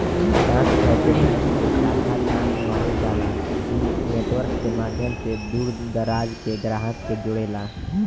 डाक घर के बैंक के शाखा ना कहल जाला इ नेटवर्क के माध्यम से दूर दराज के ग्राहक के जोड़ेला